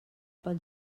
pel